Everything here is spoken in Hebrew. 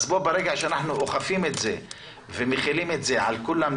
אז ברגע שאנחנו אוכפים את זה ומחילים את על כולם,